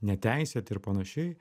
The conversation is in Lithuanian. neteisėti ir panašiai